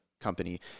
company